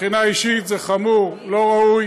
מבחינה אישית זה חמור, לא ראוי.